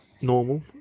normal